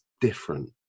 different